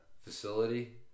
facility